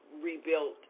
rebuilt